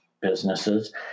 businesses